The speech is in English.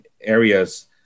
areas